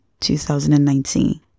2019